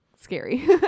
Scary